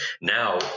now